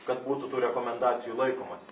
kad būtų tų rekomendacijų laikomasi